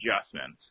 adjustments